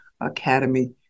academy